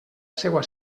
seua